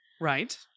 Right